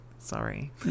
Sorry